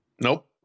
nope